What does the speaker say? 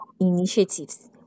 initiatives